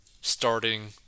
starting